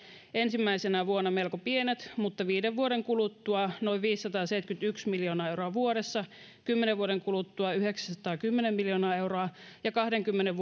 ensimmäisenä vuonna melko pienet mutta viiden vuoden kuluttua noin viisisataaseitsemänkymmentäyksi miljoonaa euroa vuodessa kymmenen vuoden kuluttua yhdeksänsataakymmentä miljoonaa euroa kahdenkymmenen